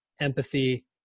empathy